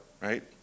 right